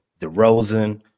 DeRozan